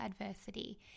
adversity